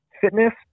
fitness